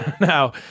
Now